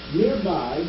nearby